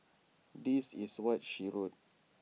this is what she wrote